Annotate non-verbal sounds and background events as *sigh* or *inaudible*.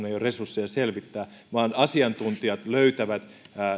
*unintelligible* ei ole resursseja vaan asiantuntijat löytävät